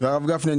הרב גפני,